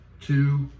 two